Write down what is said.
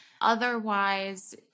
Otherwise